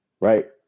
right